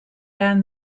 down